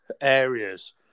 areas